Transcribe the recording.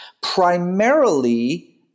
primarily –